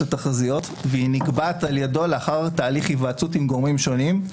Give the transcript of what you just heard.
התחזיות והיא נקבעת על ידו לאחר תהליך היוועצות עם גורמים שונים,